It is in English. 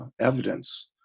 evidence